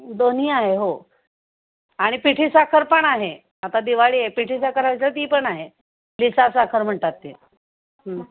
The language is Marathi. दोन्ही आहे हो आणि पिठी साखर पण आहे आता दिवाळी आहे पिठी साखर ती पण आहे लिसा साखर म्हणतात ते